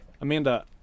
Amanda